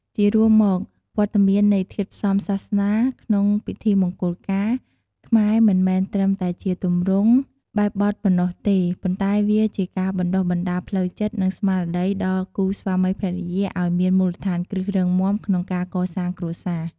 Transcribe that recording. ជារួមមក វត្តមាននៃធាតុផ្សំសាសនាក្នុងពិធីមង្គលការខ្មែរមិនមែនត្រឹមតែជាទម្រង់បែបបទប៉ុណ្ណោះទេ ប៉ុន្តែវាជាការបណ្តុះបណ្តាលផ្លូវចិត្ត និងស្មារតីដល់គូស្វាមីភរិយាឱ្យមានមូលដ្ឋានគ្រឹះរឹងមាំក្នុងការកសាងគ្រួសារ។